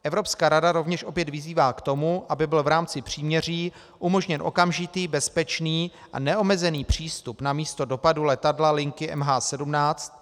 Evropská rada rovněž opět vyzývá k tomu, aby byl v rámci příměří umožněn okamžitý, bezpečný a neomezený přístup na místo dopadu letadla linky MH 17.